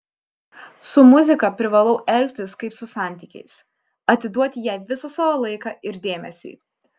su muzika privalau elgtis kaip su santykiais atiduoti jai visą savo laiką ir dėmesį